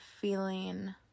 feeling